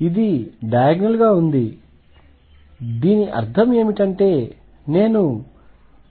కాబట్టి ఇది డయాగ్నల్ గా ఉంది దీని అర్థం ఏమిటంటే నేను